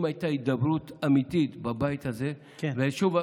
אם הייתה הידברות אמיתית בבית הזה ושוב,